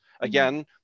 again